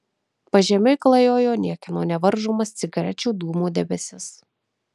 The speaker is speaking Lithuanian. pažemiui klajojo niekieno nevaržomas cigarečių dūmų debesis